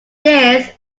this